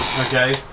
Okay